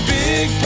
big